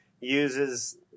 uses